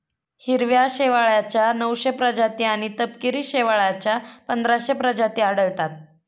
हिरव्या शेवाळाच्या नऊशे प्रजाती आणि तपकिरी शेवाळाच्या पंधराशे प्रजाती आढळतात